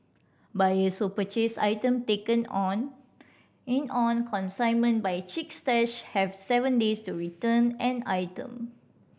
buyers who purchase items taken in on in on consignment by Chic Stash have seven days to return an item